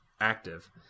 active